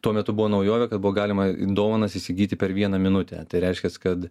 tuo metu buvo naujovė kad buvo galima dovanas įsigyti per vieną minutę tai reiškias kad